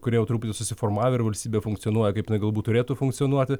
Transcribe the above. kurie jau truputį susiformavę ir valstybė funkcionuoja kaip jinai galbūt turėtų funkcionuoti